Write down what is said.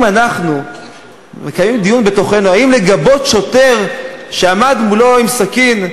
אם אנחנו מקיימים בתוכנו דיון האם לגבות שוטר שעמד מולו מחבל עם סכין,